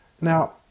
Now